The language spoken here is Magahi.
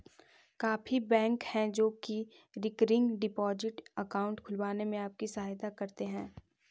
काफी बैंक हैं जो की रिकरिंग डिपॉजिट अकाउंट खुलवाने में आपकी सहायता करते हैं